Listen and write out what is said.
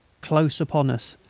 close upon us,